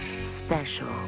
special